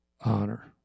honor